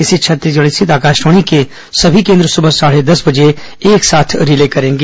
इसे छत्तीसगढ़ स्थित आकाशवाणी के सभी केन्द्र सुबह साढे दस बजे एक साथ रिले करेंगे